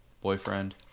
boyfriend